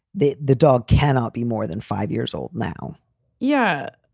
the the dog cannot be more than five years old now yeah.